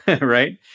right